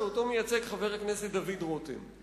שאותו חבר הכנסת דוד רותם מייצג.